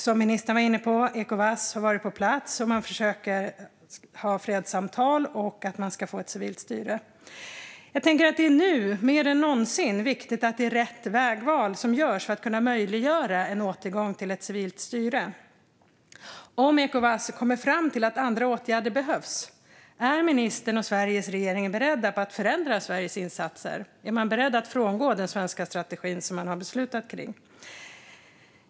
Som ministern var inne på har Ecowas varit på plats, och man försöker ha fredssamtal och få ett civilt styre. Det är nu mer än någonsin viktigt att det är rätt vägval som görs för att möjliggöra en återgång till ett civilt styre. Om Ecowas kommer fram till att andra åtgärder behövs, är ministern och Sveriges regering då beredda på att förändra Sveriges insatser? Är man beredd att frångå den svenska strategin som man har beslutat om?